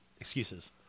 excuses